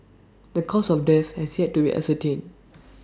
the cause of death has yet to be ascertained